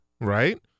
right